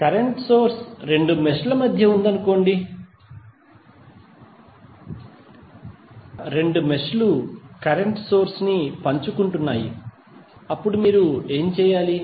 current source రెండు mesh ల మధ్య ఉందనుకోండి అక్కడ రెండు మెష్ లు కరెంట్ సోర్స్ ని పంచుకుంటున్నాయి అప్పుడు మీరు ఏమి చేయాలి